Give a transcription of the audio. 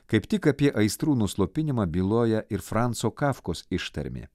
kaip tik apie aistrų nuslopinimą byloja ir franco kafkos ištarmė